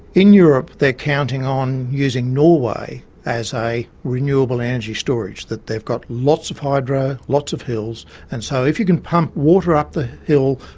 in europe they're counting on using norway as a renewable energy storage, that they've got lots of hydro, lots of hills, and so if you can pump water up the hill,